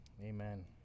amen